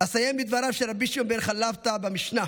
אסיים בדבריו של רבי שמעון בן חלפתא במשנה: